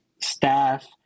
staff